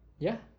ya